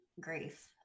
grief